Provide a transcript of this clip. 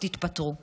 תתפטרו.